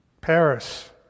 Paris